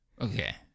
okay